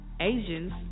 Asians